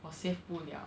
我 save 不 liao